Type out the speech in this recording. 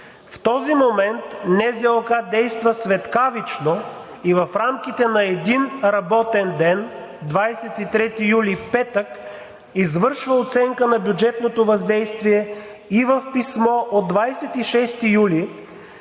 В този момент НЗОК действа светкавично и в рамките на един работен ден – 23 юли, петък, извършва оценка на бюджетното въздействие. В писмо от 26 юли